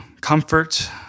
comfort